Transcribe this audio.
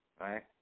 right